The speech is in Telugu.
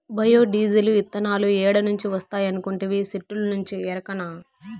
బయో డీజిలు, ఇతనాలు ఏడ నుంచి వస్తాయనుకొంటివి, సెట్టుల్నుంచే ఎరకనా